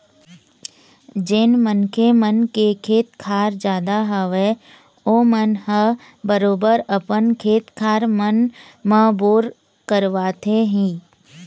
जेन मनखे मन के खेत खार जादा हवय ओमन ह बरोबर अपन खेत खार मन म बोर करवाथे ही